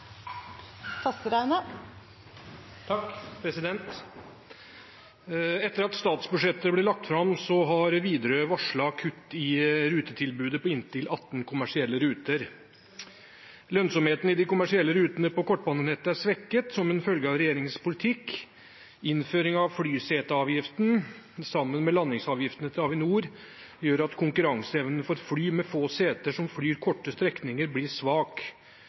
at statsbudsjettet ble lagt frem, så har Widerøe varslet kutt i rutetilbudet på inntil 18 kommersielle ruter. Lønnsomheten i de kommersielle rutene på kortbanenettet er svekket som en følge av regjeringens politikk. Innføring av flyseteavgiften, sammen med landingsavgiftene til Avinor, gjør at konkurranseevnen for fly med få seter som flyr korte strekninger, blir svak.